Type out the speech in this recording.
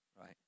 right